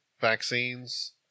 vaccines